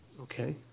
Okay